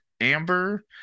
Amber